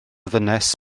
ddynes